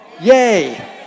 Yay